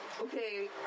Okay